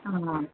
आं